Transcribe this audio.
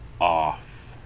off